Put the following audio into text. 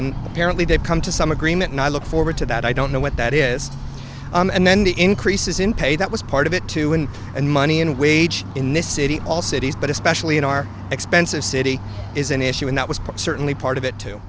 and apparently they've come to some agreement and i look forward to that i don't know what that is and then the increases in pay that was part of it to win and money and wage in this city all cities but especially in our expensive city is an issue and that was put certainly part of it to